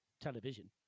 television